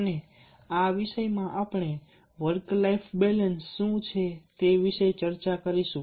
અને આ વિષયમાં આપણે વર્ક લાઇફ બેલેન્સ શું છે તે વિશે ચર્ચા કરીશું